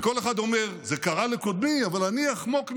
וכל אחד אומר: זה קרה לקודמי, אבל אני אחמוק מזה,